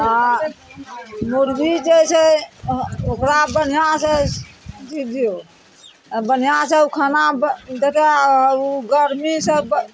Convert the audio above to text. आ मुर्गी जे छै ओकरा बढ़िआँ से अथी दियौ आ बढ़ि आँ से ओ खाना जेकरा गर्मी सऽ